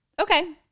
Okay